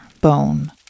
Bone